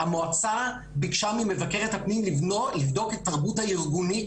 המועצה ביקשה ממבקרת הפנים לבדוק את התרבות הארגונית